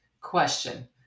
question